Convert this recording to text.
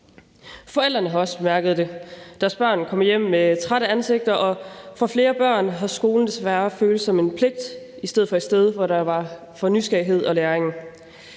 Forældrene har også mærket det. Deres børn kommer hjem med trætte ansigter, og for flere børn har skolen desværre føltes som en pligt i stedet for et sted for nysgerrighed og læring.